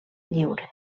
lliure